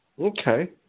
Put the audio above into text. Okay